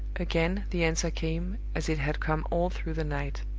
again the answer came, as it had come all through the night.